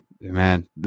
Man